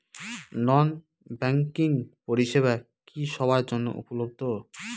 নন banking পরিষেবা কি সবার জন্য উপলব্ধ?